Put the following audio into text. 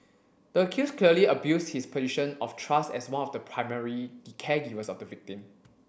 the accused clearly abused his position of trust as one of the primary caregivers of the victim